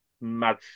mad